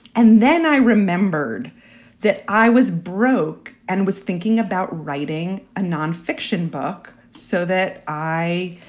and then i remembered that i was broke and was thinking about writing a nonfiction book so that i.